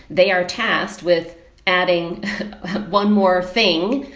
they are tasked with adding one more thing,